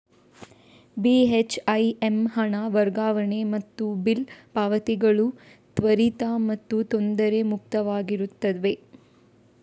ಬಿ.ಹೆಚ್.ಐ.ಎಮ್ ಹಣ ವರ್ಗಾವಣೆ ಮತ್ತು ಬಿಲ್ ಪಾವತಿಗಳು ತ್ವರಿತ ಮತ್ತು ತೊಂದರೆ ಮುಕ್ತವಾಗಿರುತ್ತವೆ